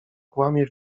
kłamie